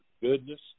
goodness